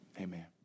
Amen